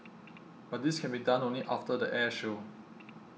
but this can be done only after the air show